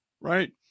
right